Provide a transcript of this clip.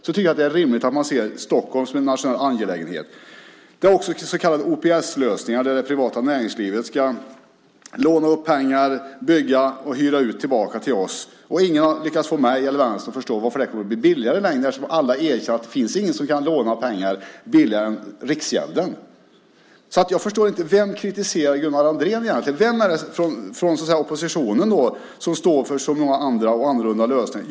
Jag tycker att det är rimligt att man ser Stockholm som en nationell angelägenhet. Det handlar också om OPS-lösningar där det privata näringslivet ska låna upp pengar, bygga och hyra ut tillbaka till oss. Ingen har lyckats att få mig eller Vänstern att förstå varför det kommer att bli billigare i längden eftersom alla erkänner att det inte finns någon som kan låna ut pengar billigare än Riksgälden. Jag förstår inte vem Gunnar Andrén egentligen kritiserar. Vem är det från oppositionen som står för så många andra och annorlunda lösningar?